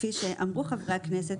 כפי שאמרו חברי הכנסת,